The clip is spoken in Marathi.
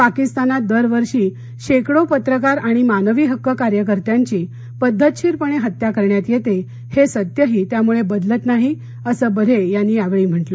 पाकिस्तानात दरवर्षी शेकडो पत्रकार आणि मानवी हक्क कार्यकर्त्यांची पद्धतशीरपणे हत्या करण्यात येते हे सत्यही त्यामुळे बदलत नाही असं बढे यांनी यावेळी म्हंटलं